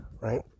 right